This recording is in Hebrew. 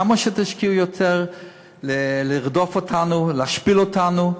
כמה שתשקיעו יותר לרדוף אותנו ולהשפיל אותנו,